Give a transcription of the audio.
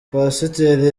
pasiteri